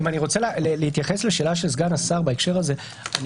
אם אני רוצה להתייחס לשאלה של סגן השר בהקשר הזה,